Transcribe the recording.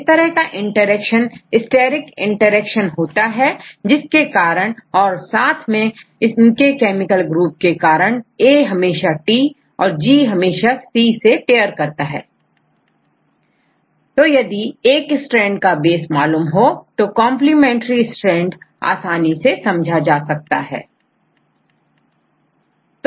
इस तरह का इंटरेक्शन स्टेरिक इंटरेक्शन होता है जिसके कारण और साथ में इनके केमिकल ग्रुप के कारण A हमेशा T से और G हमेशाC से pair करता है तो यदि एक स्ट्रैंड के बेस मालूम हो तो कंप्लीमेंट्री स्टैंड आसानी से समझा जा सकता है